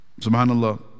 Subhanallah